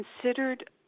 considered